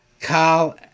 Carl